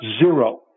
zero